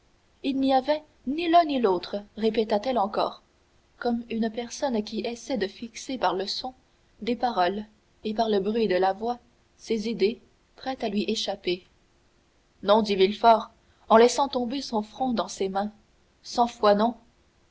il n'y avait ni l'un ni l'autre répéta-t-elle encore comme une personne qui essaie de fixer par le son des paroles et par le bruit de la voix ses idées prêtes à lui échapper non dit villefort en laissant tomber son front dans ses mains cent fois non